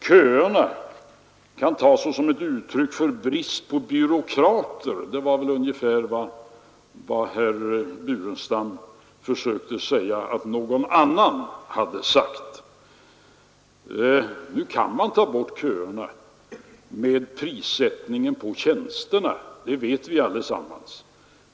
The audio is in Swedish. Köerna kan tas såsom ett uttryck för brist på byråkrater — det var väl ungefär vad herr Burenstam Linder försökte säga att någon annan hade sagt. Nu kan man ta bort köerna med prissättningen på tjänsterna — det vet vi allesammans.